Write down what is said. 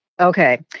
Okay